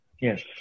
Yes